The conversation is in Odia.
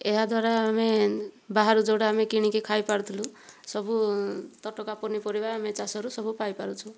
ଏହାଦ୍ଵାରା ଆମେ ବାହାରୁ ଯେଉଁଟା ଆମେ କିଣିକି ଖାଇ ପାରୁଥିଲୁ ସବୁ ତଟକା ପନିପରିବା ଆମେ ଚାଷରୁ ସବୁ ପାଇପାରୁଛୁ